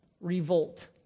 Revolt